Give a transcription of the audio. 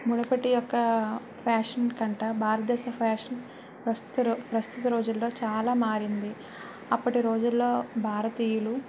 మునుపటి యొక్క ఫ్యాషన్ కంటే భారతదేశ ఫ్యాషన్ ప్రస్తుత రోజు ప్రస్తుత రోజులలో చాలా మారింది అప్పటి రోజులలో భారతీయులు